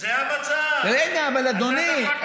רגע, אדוני.